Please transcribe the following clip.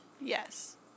Yes